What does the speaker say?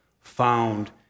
found